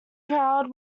proud